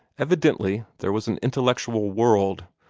evidently there was an intellectual world,